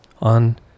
on